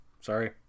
Sorry